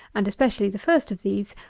and especially the first of these,